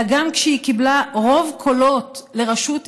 אלא גם כשהיא קיבלה רוב קולות לראשות